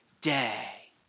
day